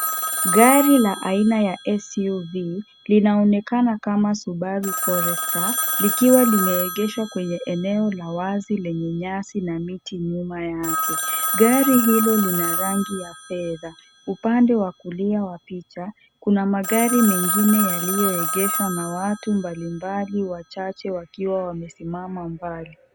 Gari la aina ya SUV, linonekana kama subaru forester, likiwa limeegeshwa kwenye eneo la wazi lenye nyasi na miti nyuma yake. Gari hilo lina rangi ya fedha. Upande wa kulia wa picha kuna magari mengine yaliyoegeshwa na watu mbalimbali wachache wakiwa wamesimama mbali.